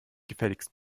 gefälligst